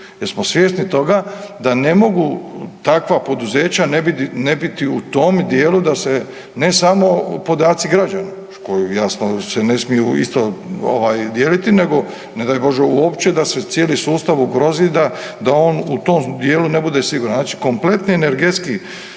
Jer smo svjesni toga da ne mogu takva poduzeća ne biti u tom dijelu da se ne samo podaci građana koji jasno se ne smiju isto dijeliti nego ne daj Bože uopće da se cijeli sustav ugrozi da on u tom dijelu ne bude siguran. Znači, kompletni energetski